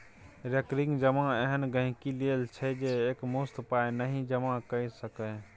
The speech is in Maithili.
रेकरिंग जमा एहन गांहिकी लेल छै जे एकमुश्त पाइ नहि जमा कए सकैए